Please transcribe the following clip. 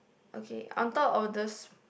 okay on top of the